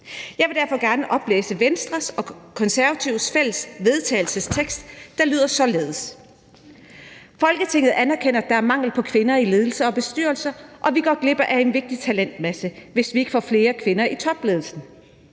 Jeg vil derfor gerne oplæse Venstre og Konservatives fælles vedtagelsestekst, som lyder således: Forslag til vedtagelse »Folketinget anerkender, at der er mangel på kvinder i ledelser og bestyrelser, og at vi går glip af en vigtig talentmasse, hvis vi ikke får flere kvinder i topledelsen.